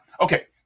okay